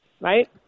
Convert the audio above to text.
Right